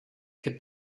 que